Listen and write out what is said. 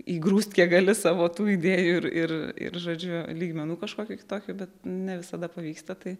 įgrūst kiek gali savo tų idėjų ir ir ir žodžiu lygmenų kažkokių kitokių bet ne visada pavyksta tai